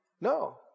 No